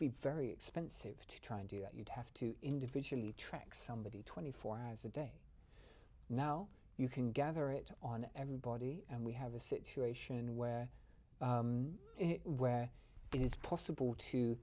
to be very expensive to try and do that you'd have to individually track somebody twenty four hours a day now you can gather it on everybody and we have a situation where where it is possible to